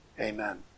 Amen